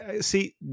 See